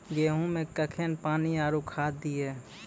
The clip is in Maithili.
गेहूँ मे कखेन पानी आरु खाद दिये?